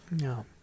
No